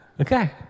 Okay